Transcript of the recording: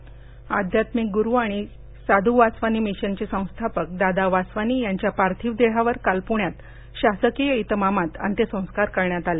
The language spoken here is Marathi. अंत्यसंस्कार अध्यात्मिक गुरु आणि साधू वासवानी मिशनचे संस्थापक दादा वासवानी यांच्या पार्थिव देहावर काल पुण्यात शासकीय इतमामात अंत्यसंस्कार करण्यात आले